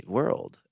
World